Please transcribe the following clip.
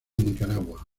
nicaragua